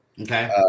Okay